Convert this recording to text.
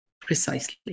Precisely